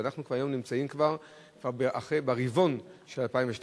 ואנחנו היום כבר נמצאים ברבעון של 2012,